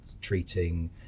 treating